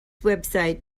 website